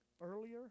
earlier